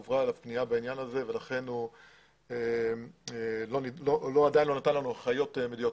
הועברה אליו פנייה בעניין הזה והוא עדיין לא נתן לנו הנחיות מדויקות.